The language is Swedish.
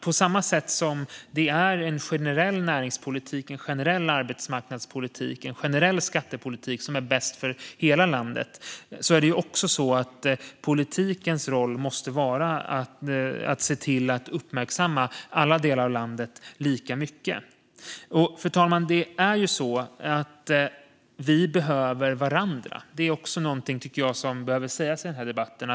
På samma sätt som en generell näringspolitik, arbetsmarknadspolitik och skattepolitik är bäst för hela landet måste politikens roll också vara att uppmärksamma alla delar av landet lika mycket. Fru talman! Vi behöver varandra. Det behöver också, tycker jag, sägas i den här debatten.